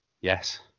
Yes